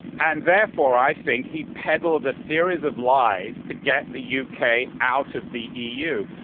and therefore, i think he peddled a series of lies to get the u. k. out of the e. u.